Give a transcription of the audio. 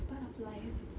it's part of life